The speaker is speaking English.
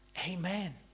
Amen